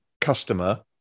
customer